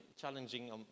challenging